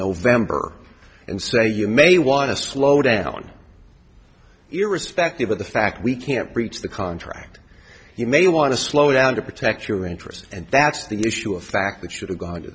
november and say you may want to slow down irrespective of the fact we can't breach the contract you may want to slow down to protect your interests and that's the issue a fact that should have gone to